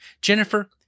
Jennifer